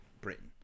Britain